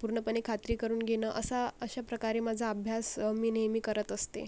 पूर्णपणे खात्री करून घेणं असा अशा प्रकारे माझा अभ्यास मी नेहमी करत असते